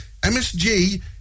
MSG